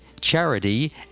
charity